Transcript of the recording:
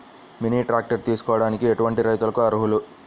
Mini tractor తీసుకోవడానికి ఎటువంటి రైతులకి అర్హులు?